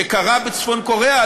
שקרה בצפון-קוריאה,